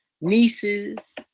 nieces